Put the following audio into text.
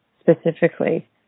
specifically